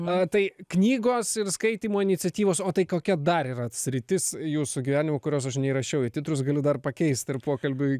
a tai knygos ir skaitymo iniciatyvos o tai kokia dar yra sritis jūsų gyvenime kurios aš neįrašiau į titrus galiu dar pakeisti ir pokalbiui